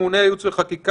ממונה ייעוץ וחקיקה,